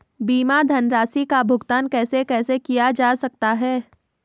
बीमा धनराशि का भुगतान कैसे कैसे किया जा सकता है?